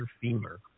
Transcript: femur